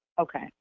Okay